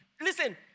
Listen